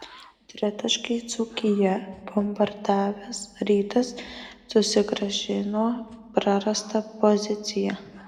tritaškiai dzūkiją bombardavęs rytas susigrąžino prarastą poziciją